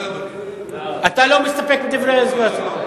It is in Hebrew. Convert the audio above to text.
אתה לא מסתפק בדברי ההסבר.